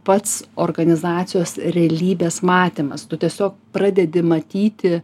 pats organizacijos realybės matymas tu tiesiog pradedi matyti